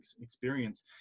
experience